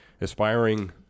aspiring